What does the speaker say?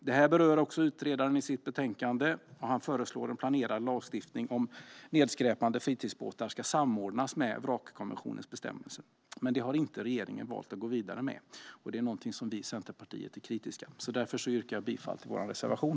Det här berör också utredaren i sitt betänkande, och han föreslår att planerad lagstiftning om nedskräpande fritidsbåtar samordnas med vrakkonventionens bestämmelser. Detta har dock regeringen valt att inte gå vidare med, något som vi i Centerpartiet är kritiska till. Därför yrkar jag bifall till vår reservation.